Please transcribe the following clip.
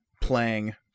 playing